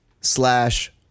slash